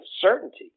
certainty